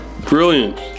Brilliant